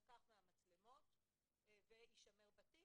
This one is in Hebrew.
יילקח המצלמות ויישמר בתיק,